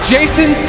Jason